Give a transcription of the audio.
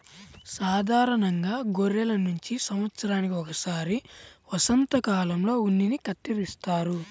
సాధారణంగా గొర్రెల నుంచి సంవత్సరానికి ఒకసారి వసంతకాలంలో ఉన్నిని కత్తిరిస్తారు